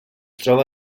troba